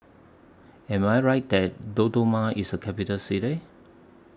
Am I Right that Dodoma IS A Capital City